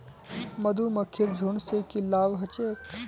मधुमक्खीर झुंड स की लाभ ह छेक